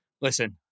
Listen